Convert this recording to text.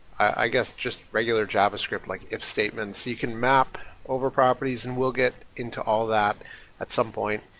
i guess, just regular javascript, like if-statements. you can map over properties and we'll get into all that at some point.